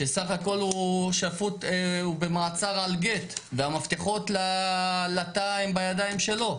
שסך הכול הוא במעצר על גט והמפתחות לתא הם בידיים שלו,